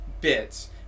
bits